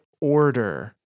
order